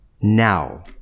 Now